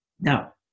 Now